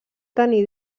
tenir